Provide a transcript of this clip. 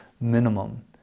minimum